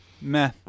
Meh